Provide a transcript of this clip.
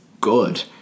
good